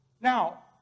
Now